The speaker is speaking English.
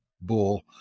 bull